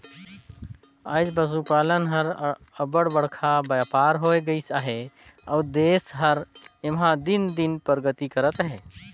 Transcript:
आएज पसुपालन हर अब्बड़ बड़खा बयपार होए गइस अहे अउ देस हर एम्हां दिन दिन परगति करत अहे